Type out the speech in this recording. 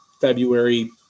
February